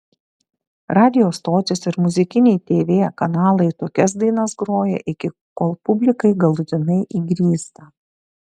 radijo stotys ir muzikiniai tv kanalai tokias dainas groja iki kol publikai galutinai įgrysta